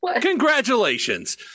congratulations